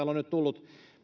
on nyt tullut